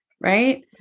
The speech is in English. right